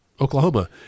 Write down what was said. Oklahoma